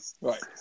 right